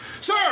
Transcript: Sir